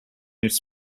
its